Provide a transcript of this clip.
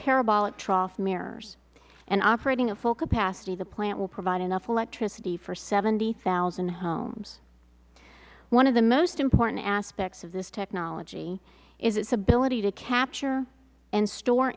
parabolic trough mirrors and operating at full capacity the plant will provide enough electricity for seventy thousand homes one of the most important aspects of this technology is its ability to capture and store